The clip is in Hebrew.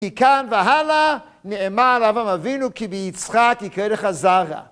כי כאן והלאה נאמר אבא מבינו כי ביצחק יקרא לך זרע.